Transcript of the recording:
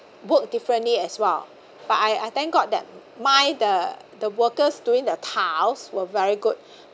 work differently as well but I I thank god that my the the workers doing the tiles were very good